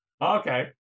Okay